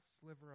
sliver